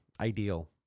ideal